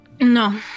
No